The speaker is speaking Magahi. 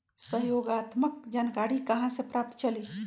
सहयोगात्मक जानकारी कहा से पता चली?